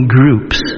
groups